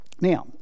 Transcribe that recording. Now